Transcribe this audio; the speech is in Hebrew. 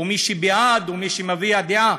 מי שבעד ומי שמביע דעה.